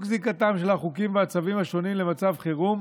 זיקתם של החוקים והצווים השונים למצב חירום.